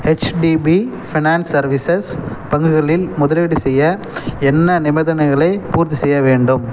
HDB finance services பங்குகளின் முதலீடு செய்ய என்ன நிபந்தனைகளைப் பூர்த்திசெய்ய வேண்டும்